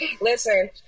Listen